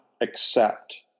accept